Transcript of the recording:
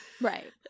Right